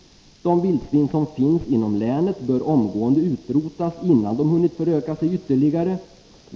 De vildsvin som finns inom länet bör omgående utrotas innan de hunnit föröka sig ytterligare.